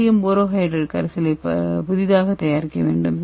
sodium borohydride கரைசலை புதிதாக தயாரிக்க வேண்டும்